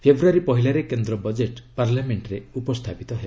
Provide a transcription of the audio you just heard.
ଫେବୃୟାରୀ ପହିଲାରେ କେନ୍ଦ୍ର ବଜେଟ୍ ପାର୍ଲାମେଣ୍ଟରେ ଉପସ୍ଥାପିତ ହେବ